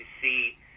see